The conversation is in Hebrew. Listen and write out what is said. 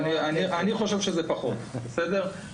אני חושב שזה פחות, בסדר?